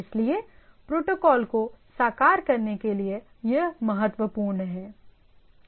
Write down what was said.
इसलिए प्रोटोकॉल को साकार करने के लिए यह बहुत महत्वपूर्ण है